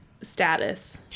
status